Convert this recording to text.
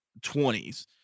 20s